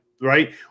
Right